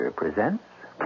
presents